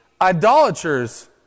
idolaters